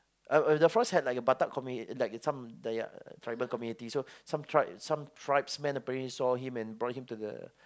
a as the forest had like a batak community like a some dayak tribal community so some tribes some tribesmen apparently saw him and brought him to the